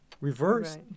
reverse